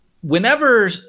Whenever